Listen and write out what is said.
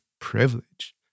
privilege